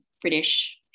British